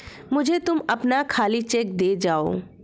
मुझे तुम अपना खाली चेक दे जाओ